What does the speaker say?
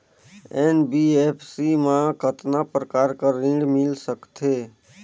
NBFC मा कतना प्रकार कर ऋण मिल सकथे?